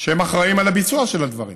שאחראים לביצוע של הדברים